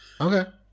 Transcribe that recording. Okay